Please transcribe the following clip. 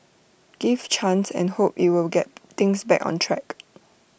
give chance and hope IT will get things back on track